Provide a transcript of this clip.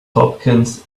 hopkins